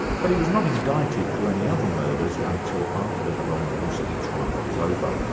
but he was not indicted for any other murders until after the domblewski trial was over.